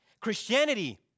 Christianity